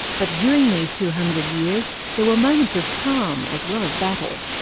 but during these two hundred years there were moment of calm, as well as battle.